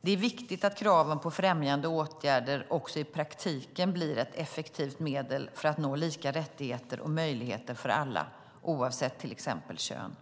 Det är viktigt att kraven på främjande åtgärder också i praktiken blir ett effektivt medel för att nå lika rättigheter och möjligheter för alla, oavsett till exempel kön.